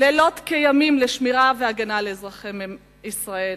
לילות כימים בהגנה ובשמירה על אזרחי ישראל.